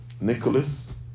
Nicholas